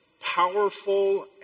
powerful